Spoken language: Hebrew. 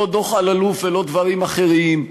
לא דוח אלאלוף ולא דברים אחרים,